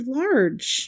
large